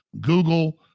Google